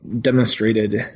demonstrated